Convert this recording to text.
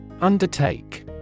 Undertake